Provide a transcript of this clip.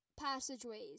passageways